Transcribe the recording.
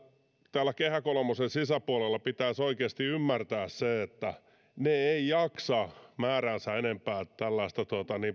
täällä kehä kolmosen sisäpuolella pitäisi oikeasti ymmärtää se että maataloustuottajat eivät jaksa määräänsä enempää tällaista